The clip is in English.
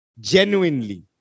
genuinely